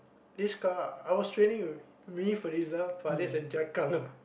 this car I was with me Firza Fariz and Jia Kang ah